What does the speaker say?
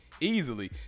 easily